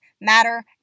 matter